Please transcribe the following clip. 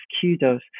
kudos